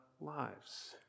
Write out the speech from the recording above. lives